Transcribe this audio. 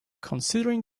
considering